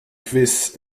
quiz